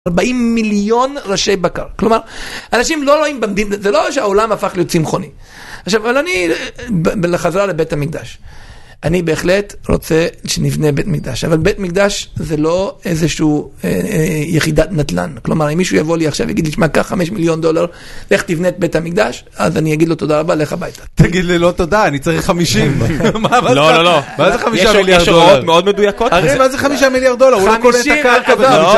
40 מיליון ראשי בקר. כלומר, אנשים לא רואים ב... זה לא שהעולם הפך להיות צמחוני. עכשיו, אבל אני, לחזרה לבית המקדש: אני בהחלט רוצה שנבנה בית מקדש, אבל בית מקדש זה לא איזשהו יחידת נדל"ן. כלומר, אם מישהו יבוא לי עכשיו ויגיד, תשמע, קח חמש מיליון דולר, לך תבנה את בית המקדש, אז אני אגיד לו: תודה רבה, לך הביתה. תגיד לו, לא תודה, אני צריך חמישים, מה זה חמישה מיליארד דולר? מאוד מדויקות כזה. אחי, מה זה חמישה מיליארד דולר? הוא לא קונה את הקרקע בזה.